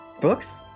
books